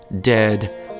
dead